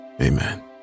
Amen